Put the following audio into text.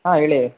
ಹಾಂ ಹೇಳಿ